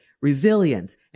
resilience